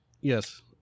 yes